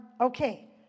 okay